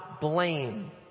blame